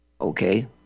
okay